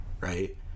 right